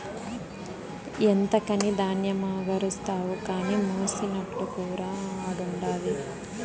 ఎంతకని ధాన్యమెగారేస్తావు కానీ మెసినట్టుకురా ఆడుండాది